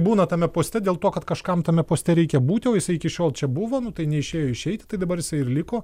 būna tame poste dėl to kad kažkam tame poste reikia būti o jisai iki šiol čia buvo tai neišėjo išeiti tai dabar jisai ir liko